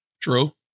True